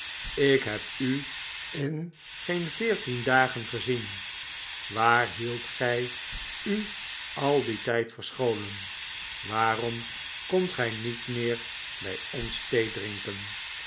ik heb u in geen veertien dagen gezien waar hieldt gij u al dien tijd verscholen waarom komt gij niet meer by ons